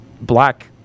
black